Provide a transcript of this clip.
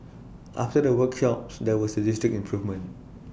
after the workshops there was A distinct improvement